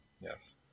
Yes